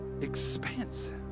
expansive